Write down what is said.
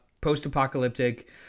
post-apocalyptic